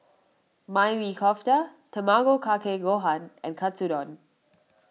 Maili Kofta Tamago Kake Gohan and Katsudon